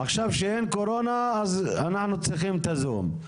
עכשיו כאשר אין קורונה, אז אנחנו צריכים את הזום.